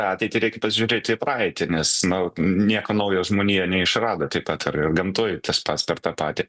ateitį reikia pažiūrėti į praeitį nes nu nieko naujo žmonija neišrado taip pat ar ar gamtoj tas pats per tą patį